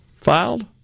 filed